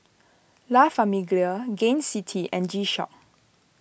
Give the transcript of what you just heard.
La Famiglia Gain City and G Shock